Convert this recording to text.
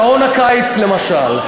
שעון הקיץ, למשל.